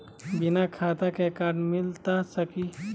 बिना खाता के कार्ड मिलता सकी?